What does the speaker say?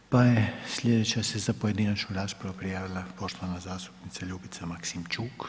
Pa je sljedeća se za pojedinačnu raspravu prijavila poštovana zastupnica Ljubica Maksimčuk.